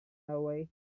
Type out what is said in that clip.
away